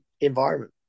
environment